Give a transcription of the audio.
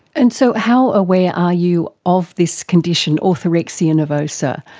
and so how aware are you of this condition, orthorexia nervosa?